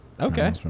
okay